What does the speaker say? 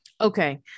Okay